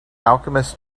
alchemist